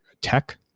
tech